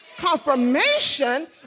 confirmation